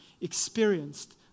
experienced